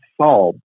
solved